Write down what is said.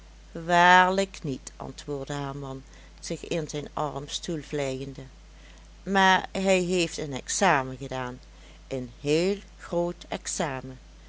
waarlijk niet antwoordde haar man zich in zijn armstoel vlijende maar hij heeft een examen gedaan een heel groot examen